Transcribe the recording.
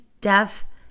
death